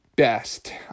Best